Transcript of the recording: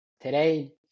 Today